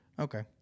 Okay